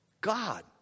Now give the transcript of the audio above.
God